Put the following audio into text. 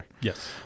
Yes